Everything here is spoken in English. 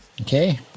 Okay